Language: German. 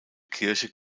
kirche